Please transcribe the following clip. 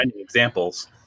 examples